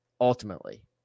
ultimately